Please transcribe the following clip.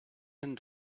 and